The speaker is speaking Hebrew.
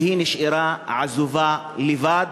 והיא נשארה עזובה לבד,